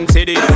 City